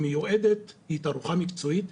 היא תערוכה מקצועית,